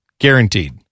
Guaranteed